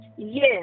Yes